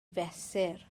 fesur